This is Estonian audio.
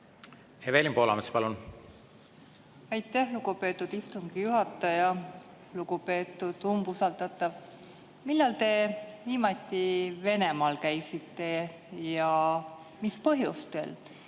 Evelin Poolamets, palun! Aitäh, lugupeetud istungi juhataja! Lugupeetud umbusaldatav! Millal te viimati Venemaal käisite ja mis põhjustel?